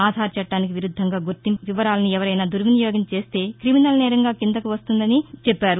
ఆధార్ చట్టానికి విరుద్దంగా గుర్తింపు వివరాత్ని ఎవరైనా దుర్వినియోగం చేస్తే క్రిమినల్ నేరం కిందకు వస్తుందని చెప్పారు